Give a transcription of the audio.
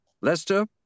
Leicester